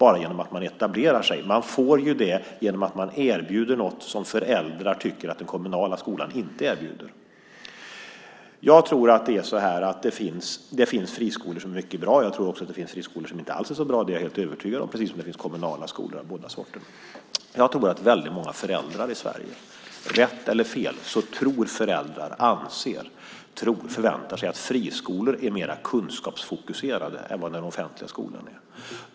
Friskolorna får det genom att erbjuda något som föräldrar tycker att den kommunala skolan inte erbjuder. Jag tror att det finns friskolor som är mycket bra och friskolor som inte alls är så bra, det är jag helt övertygad om, på samma sätt som det finns kommunala skolor av båda sorterna. Jag tror att många föräldrar i Sverige, rätt eller fel, tror, anser, förväntar sig att friskolor är mer kunskapsfokuserade än den offentliga skolan.